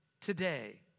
today